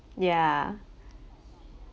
yeah